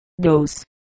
Dose